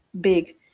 Big